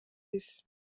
isi